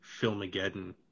Filmageddon